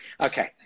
Okay